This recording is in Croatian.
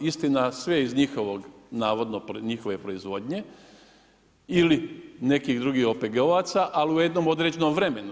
Istina sve iz njihovog, navodno njihove proizvodnje ili nekih drugih OPG-ovaca, ali u jednom određenom vremenu.